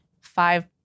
five